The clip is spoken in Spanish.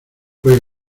pues